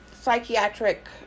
psychiatric